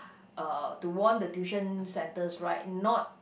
uh to warn the tuition centers right not